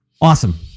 Awesome